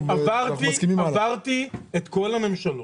עברתי את כל הממשלות.